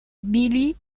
billie